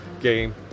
game